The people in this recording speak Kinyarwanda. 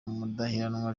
mudaheranwa